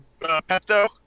Pepto